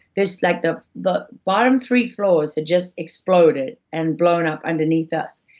there's like the the bottom three floors had just exploded, and blown up underneath us,